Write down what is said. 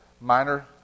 minor